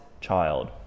child